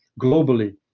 globally